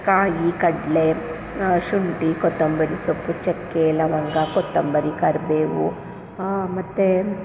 ಕಾಯಿ ಕಡಲೆ ಶುಂಠಿ ಕೊತ್ತಂಬರಿ ಸೊಪ್ಪು ಚಕ್ಕೆ ಲವಂಗ ಕೊತ್ತಂಬರಿ ಕರಿಬೇವು ಮತ್ತೆ